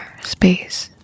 space